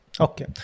Okay